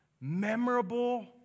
memorable